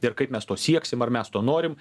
ir kaip mes to sieksim ar mes to norim